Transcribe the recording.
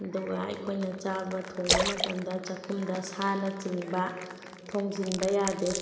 ꯑꯗꯨꯒ ꯑꯩꯈꯣꯏꯅ ꯆꯥꯕ ꯊꯣꯡꯕ ꯃꯇꯝꯗ ꯆꯥꯛꯈꯨꯝꯗ ꯁꯥꯅ ꯆꯤꯡꯕ ꯊꯣꯡꯖꯤꯟꯕ ꯌꯥꯗꯦ